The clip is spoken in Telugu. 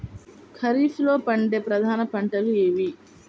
ఖరీఫ్లో పండే ప్రధాన పంటలు ఏవి?